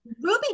Ruby